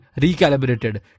recalibrated